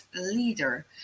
leader